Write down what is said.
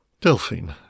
Delphine